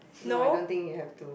no I don't think you have to